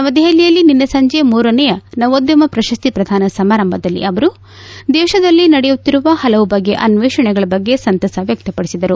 ನವದೆಹಲಿಯಲ್ಲಿ ನಿನ್ನೆ ಸಂಜೆ ಮೂರನೇ ನವೋದ್ಯಮ ಪ್ರಶಸ್ತಿ ಪ್ರದಾನ ಸಮಾರಂಭದಲ್ಲಿ ಅವರು ದೇಶದಲ್ಲಿ ನಡೆಯುತ್ತಿರುವ ಹಲವು ಬಗೆಯ ಅನ್ವೇಷಣೆಗಳ ಬಗ್ಗೆ ಸಂತಸ ವ್ಯಕ್ತಪಡಿಸಿದರು